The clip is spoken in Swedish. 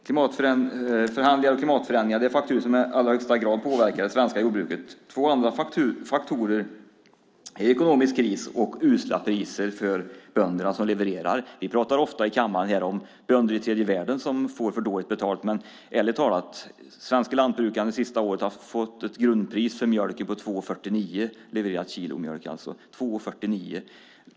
Klimatförhandlingar och klimatförändringar är faktorer som i allra högsta grad påverkar det svenska jordbruket. Två andra faktorer är ekonomisk kris och usla priser för de bönder som levererar. Vi pratar ofta i kammaren här om bönder i tredje världen som får för dåligt betalt, men ärligt talat har svenska lantbrukare det senaste året fått ett grundpris för mjölk på 2:49 kilot.